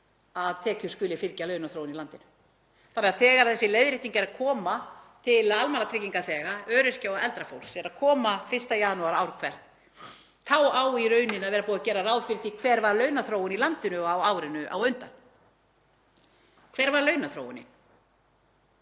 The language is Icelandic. að tekjur skuli fylgja launaþróun í landinu. Þegar þessi leiðrétting er að koma til almannatryggingaþega, öryrkja og eldra fólks, 1. janúar ár hvert, þá á í rauninni að vera búið að gera ráð fyrir því hver launaþróun í landinu var á árinu á undan. Hver var launaþróunin?